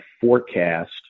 forecast